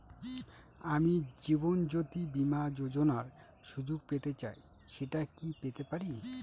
আমি জীবনয্যোতি বীমা যোযোনার সুযোগ পেতে চাই সেটা কি পেতে পারি?